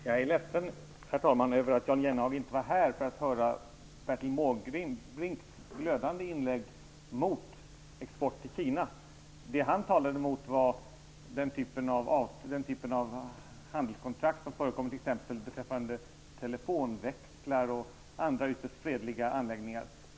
Herr talman! Jag är ledsen över att Jan Jennehag inte var i kammaren för att höra Bertil Måbrinks glödande inlägg mot export till Kina. Det han talade mot var den typen av handelskontakter som förekommer t.ex. beträffande telefonväxlar och andra ytterst fredliga anläggningar.